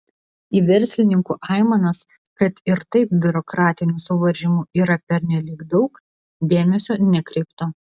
į verslininkų aimanas kad ir taip biurokratinių suvaržymų yra pernelyg daug dėmesio nekreipta